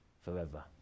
forever